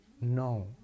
No